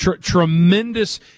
tremendous